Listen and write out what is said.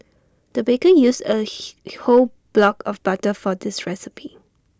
the baker used A whole block of butter for this recipe